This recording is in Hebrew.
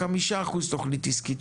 5% תוכנית עסקית,